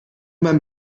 beim